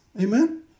Amen